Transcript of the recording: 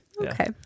Okay